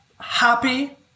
happy